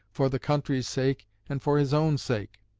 for the country's sake and for his own sake.